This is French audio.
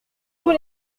tous